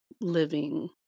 living